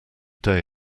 day